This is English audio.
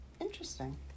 interesting